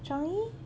changi